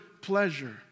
pleasure